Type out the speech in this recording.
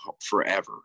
forever